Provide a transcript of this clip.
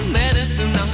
medicine